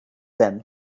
them